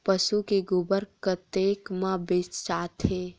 पशु के गोबर कतेक म बेचाथे?